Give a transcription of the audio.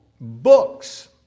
books